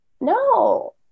no